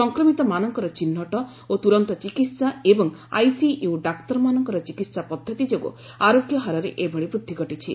ସଂକ୍ରମିତମାନଙ୍କର ଚିହ୍ନଟ ଓ ତୁରନ୍ତ ଚିକିତ୍ସା ଏବଂ ଆଇସିୟ ଡାକ୍ତରମାନଙ୍କର ଚିକିତ୍ସା ପଦ୍ଧତି ଯୋଗୁଁ ଆରୋଗ୍ୟ ହାରରେ ଏଭଳି ବୃଦ୍ଧି ଘଟିଚ୍ଛି